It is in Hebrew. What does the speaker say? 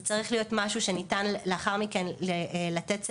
זה צריך להיות משהו שניתן לאחר מכן לתת לגביו